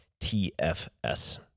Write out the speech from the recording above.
TFS